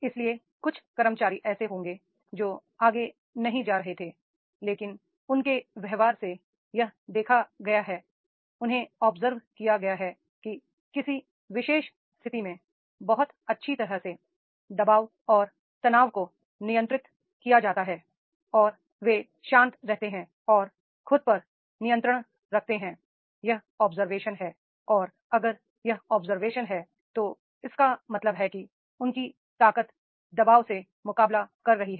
इसलिए कुछ कर्मचारी ऐसे होंगे जो आगे नहीं जा रहे थे लेकिन उनके व्यवहार से यह देखा गया है उन्हें ऑब्जर्व किया गया है कि किसी विशेष स्थिति में बहुत अच्छी तरह से दबाव और तनाव को नियंत्रित किया जाता है और वे शांत रहते हैं और खुद पर नियंत्रण रखते हैं यह ऑब्जरवेशन है और अगर यह ऑब्जरवेशन है तो इसका मतलब है कि उनकी ताकत दबाव से मुकाबला कर रही है